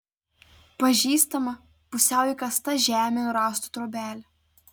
pažįstama pusiau įkasta žemėn rąstų trobelė